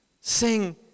Sing